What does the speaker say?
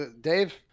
Dave